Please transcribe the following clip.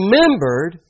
remembered